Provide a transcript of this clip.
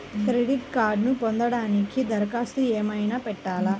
Credit కార్డ్ను పొందటానికి దరఖాస్తు ఏమయినా పెట్టాలా?